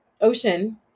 ocean